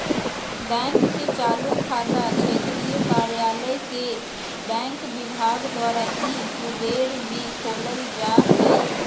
bank के चालू खाता क्षेत्रीय कार्यालय के बैंक विभाग द्वारा ई कुबेर में खोलल जा हइ